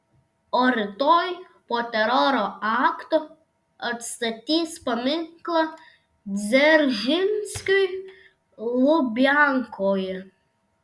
o rytoj po teroro akto atstatys paminklą dzeržinskiui lubiankoje